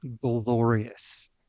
glorious